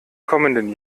kommenden